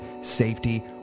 safety